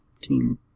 team